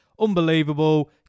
Unbelievable